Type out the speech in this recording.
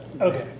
okay